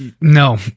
No